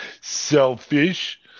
Selfish